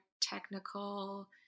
technical